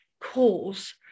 cause